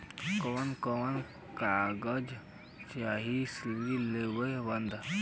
कवन कवन कागज चाही ऋण लेवे बदे?